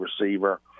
receiver